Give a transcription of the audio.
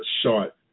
short